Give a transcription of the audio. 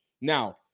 Now